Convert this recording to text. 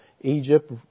Egypt